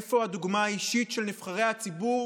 איפה הדוגמה האישית של נבחרי הציבור